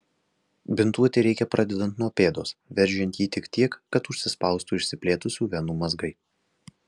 bintuoti reikia pradedant nuo pėdos veržiant jį tik tiek kad užsispaustų išsiplėtusių venų mazgai